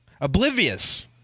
Oblivious